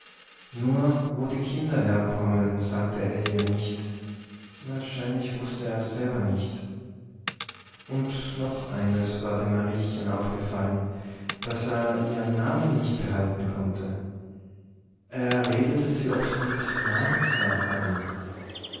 nur wo die kinder herkommen sagte er ihr nicht wahrscheinlich wußte er's selber nicht und noch eines war dem mariechen aufgefallen daß er ihren namen nicht behalten konnte er redete sie oft mit martha an